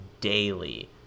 daily